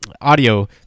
audio